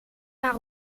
maar